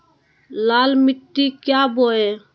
लाल मिट्टी क्या बोए?